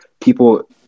people